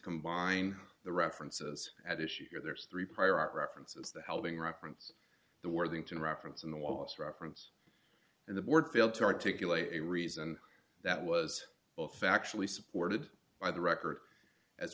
combine the references at issue here there's three prior art references the helping reference the worthington reference in the wallace reference and the board failed to articulate a reason that was both factually supported by the record as